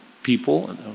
people